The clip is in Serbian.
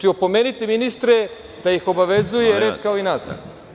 Opomenite ministre da ih obavezuje red kao i nas.